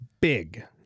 big